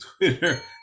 Twitter